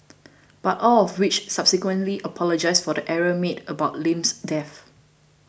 but all of which subsequently apologised for the error made about Lim's death